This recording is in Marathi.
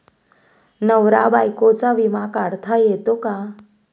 नवरा बायकोचा विमा काढता येतो का?